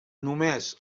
només